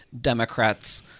democrats